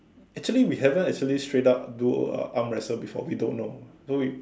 actually we haven't actually straight out do arm wrestle before we don't know so we